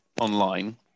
online